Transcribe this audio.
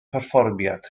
perfformiad